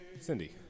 Cindy